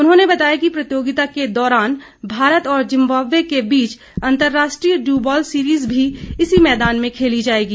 उन्होंने बताया कि प्रतियोगिता के दौरान भारत और जिम्बाब्वे के बीच अंतर्राष्ट्रीय ड्यूबॉल सीरीज भी इसी मैदान में खेली जाएगी